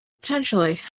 Potentially